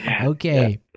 Okay